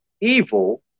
evil